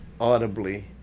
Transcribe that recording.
audibly